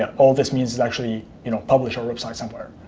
and all this means is actually you know publish our website somewhere.